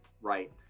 right